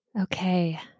Okay